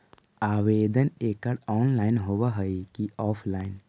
आवेदन एकड़ ऑनलाइन होव हइ की ऑफलाइन?